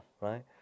Right